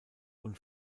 und